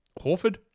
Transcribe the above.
Horford